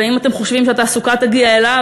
ואם אתם חושבים שהתעסוקה תגיע אליו,